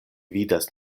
vidas